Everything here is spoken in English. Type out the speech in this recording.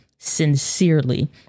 sincerely